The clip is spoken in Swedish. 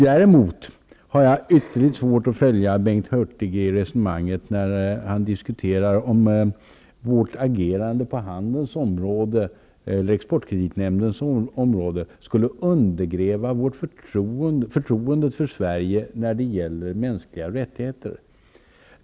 Jag har däremot ytterligt svårt att följa Bengt Hurtigs resonemang när han säger att Sveriges agerande på handelns område genom exportkreditnämn den skulle undergräva förtroendet för Sverige när det gäller mänskliga rät tigheter.